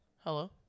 Hello